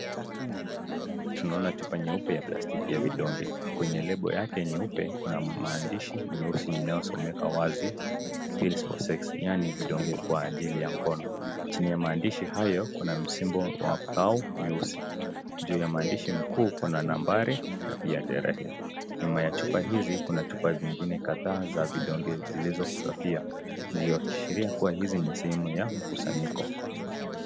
Tunaona chupa nyeupe ya plastiki ya vidonge kwenye lebo yake nyeupe kuna maandishia meusi inayosomeka wazi "Peels for sex" yaani vidonge kwa ajili ya ngono, chini ya maandishi hayo kuna msimbo wa pau meusi, juu ya maandishi mkuu kuna nambari na pia tarehe. Nyuma chupa ya hizi kuna vingine kadhaa za vidonge zilizokrafiwa, kuashiria hizi ni sehemu za mkusanyiko.